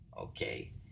Okay